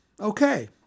okay